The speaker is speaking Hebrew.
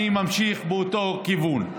ואני ממשיך באותו כיוון.